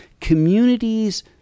communities